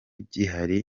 gihari